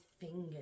fingers